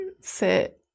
sit